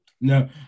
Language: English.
No